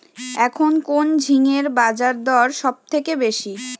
এখন কোন ঝিঙ্গের বাজারদর সবথেকে বেশি?